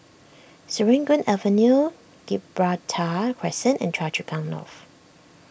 Serangoon Avenue Gibraltar Crescent and Choa Chu Kang North